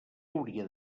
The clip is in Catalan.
hauria